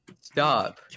Stop